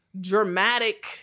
dramatic